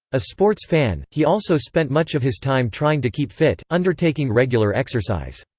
a sports fan, he also spent much of his time trying to keep fit, undertaking regular exercise.